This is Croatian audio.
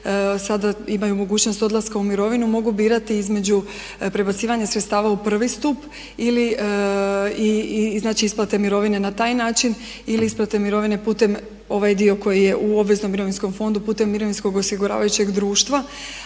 sada imaju mogućnost odlaska u mirovinu mogu birati između prebacivanja sredstava u prvi stup ili isplate mirovine na taj način ili isplate mirovine putem ovaj dio koji je u obveznom mirovinskom fondu putem mirovinskog osiguravajućeg društva.